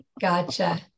gotcha